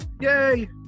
Yay